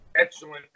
excellent